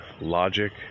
logic